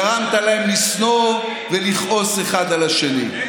גרמת להם לשנוא ולכעוס אחד על השני.